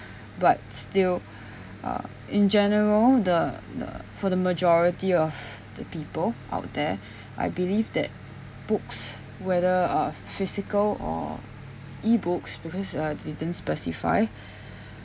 but still uh in general the the for the majority of the people out there I believe that books whether uh physical or E books because uh didn't specify